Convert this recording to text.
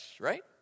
right